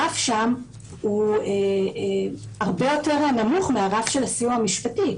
הרף שם הוא הרבה יותר נמוך מהרף של הסיוע המשפטי.